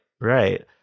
right